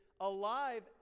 alive